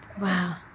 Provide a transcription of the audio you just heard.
Wow